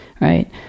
right